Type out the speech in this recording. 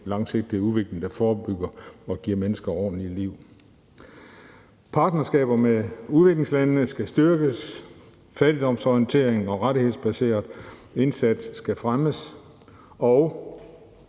langsigtede udvikling, der forebygger og giver mennesker ordentlige liv. Partnerskaber med udviklingslandene skal styrkes. Fattigdomsorienteret og rettighedsbaseret indsats skal fremmes. Og